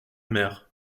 mer